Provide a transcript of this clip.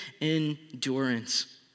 endurance